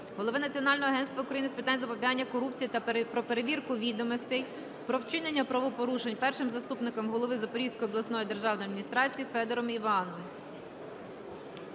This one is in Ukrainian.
голови Національного агентства України з питань запобігання корупції про перевірку відомостей про вчинення правопорушень першим заступником голови Запорізької обласної державної адміністрації Федоровим Іваном.